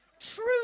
true